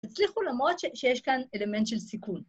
‫הצליחו למרות שיש כאן ‫אלמנט של סיכון.